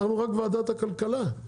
אנחנו רק ועדת הכלכלה,